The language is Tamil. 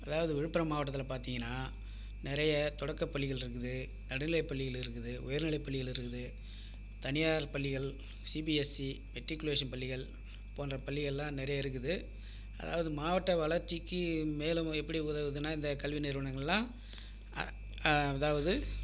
அதாவது விழுப்புரம் மாவட்டத்தில் பார்த்தீங்கன்னா நிறைய தொடக்கப் பள்ளிகள் இருக்குது நடுநிலைப் பள்ளிகள் இருக்குது உயர்நிலைப் பள்ளிகள் இருக்குது தனியார் பள்ளிகள் சிபிஎஸ்சி மெட்ரிக்குலேஷன் பள்ளிகள் போன்ற பள்ளிகள்லாம் நிறைய இருக்குது அதாவது மாவட்ட வளர்ச்சிக்கு மேலும் எப்படி உதவுதுனா இந்த கல்வி நிறுவனங்களெல்லாம் அதாவது